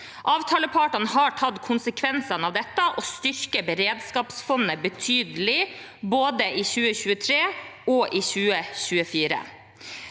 Avtalepartene har tatt konsekvensene av dette og styrker beredskapsfondet betydelig, både i 2023 og i 2024.